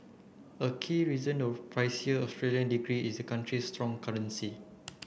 a key reason of pricier Australian degree is the country's strong currency